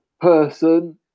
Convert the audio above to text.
person